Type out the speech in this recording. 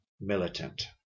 militant